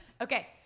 Okay